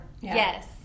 Yes